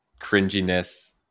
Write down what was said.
cringiness